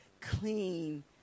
clean